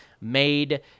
made